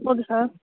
okay sir